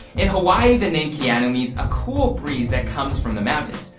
in hawaii, the name keanu means a cool breeze that comes from the mountains.